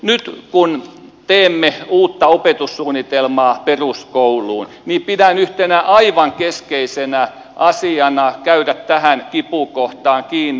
nyt kun teemme uutta opetussuunnitelmaa peruskouluun niin pidän yhtenä aivan keskeisenä asiana käydä tähän kipukohtaan kiinni